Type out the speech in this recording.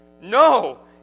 No